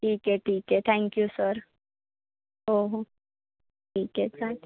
ठीक आहे ठीक आहे थँक्यू सर हो हो ठीक आहे थँक्यू